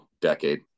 decade